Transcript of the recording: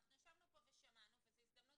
אנחנו ישבנו פה ושמענו וזו הזדמנות